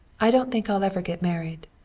i don't think i'll ever get married.